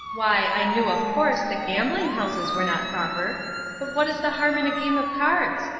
why, i knew, of course, that gambling houses were not proper but what is the harm in a game of cards?